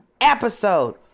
episode